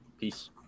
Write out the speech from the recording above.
Peace